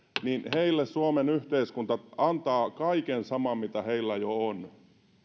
tälle suomen yhteiskunta antaa kaiken saman mitä heillä jo on